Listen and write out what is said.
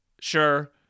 sure